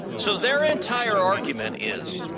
so their entire argument is,